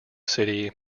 city